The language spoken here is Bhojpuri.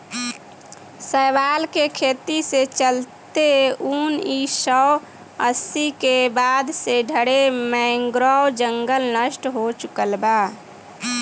शैवाल के खेती के चलते उनऽइस सौ अस्सी के बाद से ढरे मैंग्रोव जंगल नष्ट हो चुकल बा